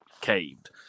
caved